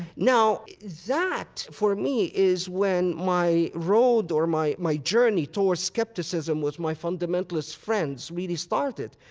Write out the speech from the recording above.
now that for me is when my road or my my journey towards skepticism with my fundamentalist friends really started.